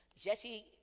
Jesse